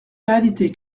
réalité